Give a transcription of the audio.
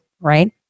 right